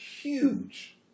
Huge